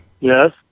Yes